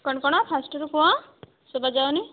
କ'ଣ କ'ଣ ଫାଷ୍ଟ୍ରୁ କୁହ ଶୁଭାଯାଉନି